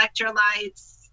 electrolytes